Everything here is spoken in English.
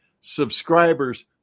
Subscribers